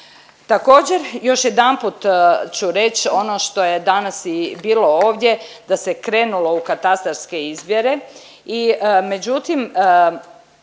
Također još jedanput ću reć ono što je danas i bilo ovdje da se krenulo u katastarske izmjere, međutim